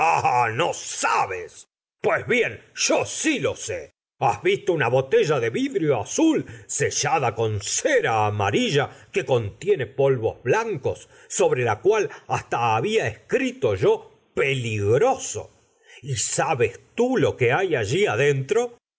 no abes pues bien yo lo sé has visto una botella de vidrio azul sellada con cera ama rilla que contiene polvos blancos sobre la cual hasta había escrito yo cpeligroso y sabes tú lo que hay alli dentro